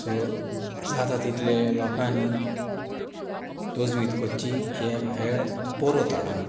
so जाता तितले लोकांनी तोजवीज कोरची हे हेळ पोरोत हाडूंक